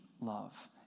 love